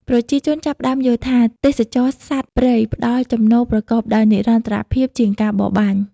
ប្រជាជនចាប់ផ្តើមយល់ថា ទេសចរណ៍សត្វព្រៃផ្តល់ចំណូលប្រកបដោយនិរន្តរភាពជាងការបរបាញ់។